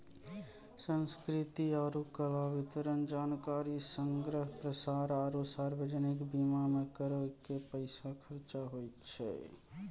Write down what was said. संस्कृति आरु कला, वितरण, जानकारी संग्रह, प्रसार आरु सार्वजनिक बीमा मे करो के पैसा खर्चा होय छै